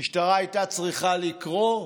המשטרה הייתה צריכה לקרוא,